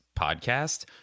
podcast